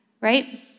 right